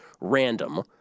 random